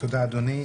תודה אדוני.